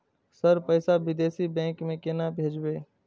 Sir पैसा विदेशी bank में केना भेजबे?